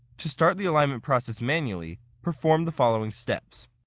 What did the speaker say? to start the alignment process manually, perform the following steps.